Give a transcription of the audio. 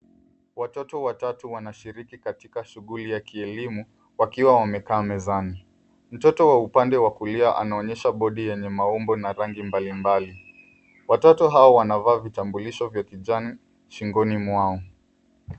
Watoto watatu wanashiriki katika shuguli ya kielimu wakiwa wamekaa mezani. Mtoto wa upande wa kulia anaonyeshwa bodi yenye maumbo na rangi mbalimbali. Watoto hao wanavaa vitambulisho vya kijani shingoni mwao.